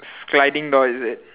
sliding door is it